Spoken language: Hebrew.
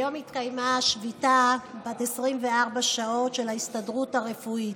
היום התקיימה שביתה בת 24 שעות של ההסתדרות הרפואית.